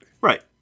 Right